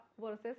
versus